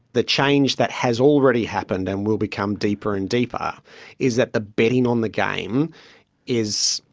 the change that has already happened and will become deeper and deeper is that the betting on the game is,